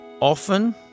often